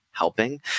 helping